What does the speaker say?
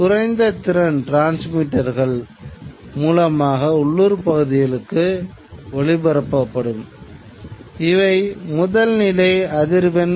வானொலி நிலையம் மற்றும் டிரான்ஸ்மிட்டர் நிலையத்தை அமைப்பதற்கு அதிக மூலதன முதலீடு தேவைப்படும்